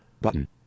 Button